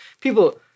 people